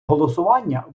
голосування